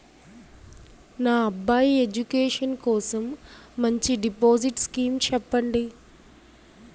నా అబ్బాయి ఎడ్యుకేషన్ కోసం మంచి డిపాజిట్ స్కీం చెప్పండి